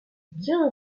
bien